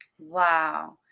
Wow